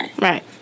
Right